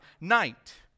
night